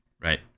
Right